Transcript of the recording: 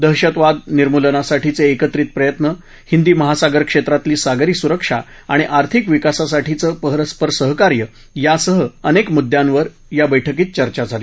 दहशतवाद निर्मूलनासाठीचे एकत्रित प्रयत्न हिंदी महासागर क्षेत्रातली सागरी सुरक्षा आणि आर्थिक विकासासाठीचे परस्परसहकार्य यांसह अनेक मुद्द्यांवर या बैठकीत चर्चा झाली